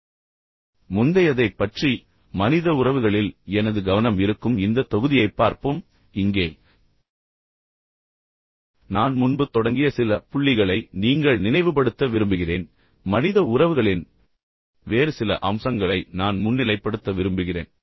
இப்போது முந்தையதைப் பற்றி மனித உறவுகளில் எனது கவனம் இருக்கும் இந்த தொகுதியைப் பார்ப்போம் இங்கே நான் முன்பு தொடங்கிய சில புள்ளிகளை நீங்கள் நினைவுபடுத்த விரும்புகிறேன் ஆனால் மனித உறவுகளின் வேறு சில அம்சங்களை நான் முன்னிலைப்படுத்த விரும்புகிறேன்